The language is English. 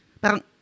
parang